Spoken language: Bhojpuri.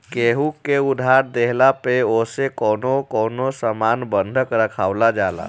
केहू के उधार देहला पअ ओसे कवनो न कवनो सामान बंधक रखवावल जाला